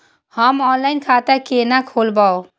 हम ऑनलाइन खाता केना खोलैब?